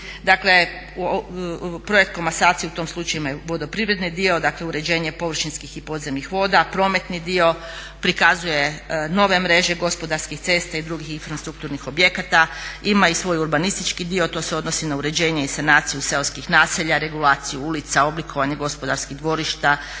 Dakle, projekt komasacije u tom slučaju imaju vodoprivredni dio, dakle uređenje površinskih i podzemnih voda. Prometni dio prikazuje nove mreže gospodarskih cesta i drugih infrastrukturnih objekata, ima i svoj urbanistički dio. To se odnosi na uređenje i sanaciju seoskih naselja, regulaciju ulica, oblikovanje gospodarskih dvorišta